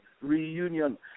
reunion